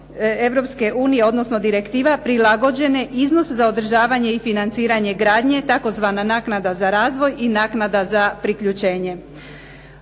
Europske unije, odnosno direktiva prilagođene iznos za održavanje i financiranje gradnje, tzv. naknada za razvoj i naknada za priključenje.